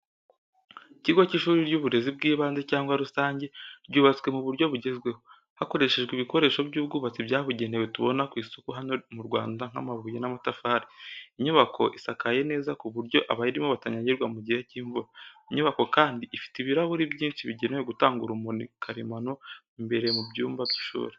Ikigo cy’ishuri ry’uburezi bw’ibanze cyangwa rusange, ryubatswe mu buryo bugezweho, hakoreshejwe ibikoresho by’ubwubatsi byabugenewe tubona ku isoko hano mu Rwanda nk’amabuye n’amatafari. Inyubako isakaye neza kuburyo abayirimo batanyagirwa mu gihe cy’imvura. Inyubako kandi ifite ibirahuri byinshi bigenewe gutanga urumuri karemano imbere mu byumba by’ishuri.